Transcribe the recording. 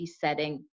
setting